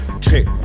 trick